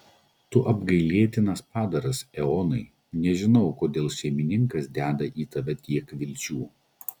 tu apgailėtinas padaras eonai nežinau kodėl šeimininkas deda į tave tiek vilčių